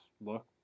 look